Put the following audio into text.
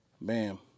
BAM